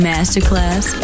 Masterclass